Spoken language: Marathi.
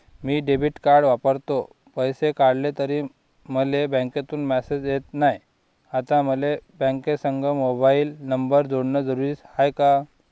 मी डेबिट कार्ड वापरतो, पैसे काढले तरी मले बँकेमंधून मेसेज येत नाय, आता मले बँकेसंग मोबाईल नंबर जोडन जरुरीच हाय का?